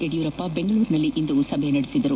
ಯಡಿಯೂರಪ್ಪ ಬೆಂಗಳೂರಿನಲ್ಲಿಂದು ಸಭೆ ನಡೆಸಿದರು